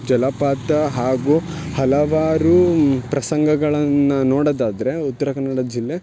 ಜಲಪಾತ ಹಾಗೂ ಹಲವಾರು ಪ್ರಸಂಗಗಳನ್ನು ನೋಡೋದಾದ್ರೆ ಉತ್ತರ ಕನ್ನಡ ಜಿಲ್ಲೆ